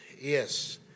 yes